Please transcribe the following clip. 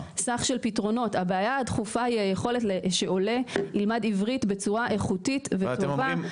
הבעיה הדחופה היא היכולת שעולה ילמד עברית בצורה איכותית וטובה.